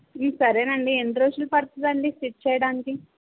సరేనండి ఎన్ని రోజులు పడుతుందండి స్టిచ్ చేయడానికి